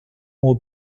ont